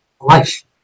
life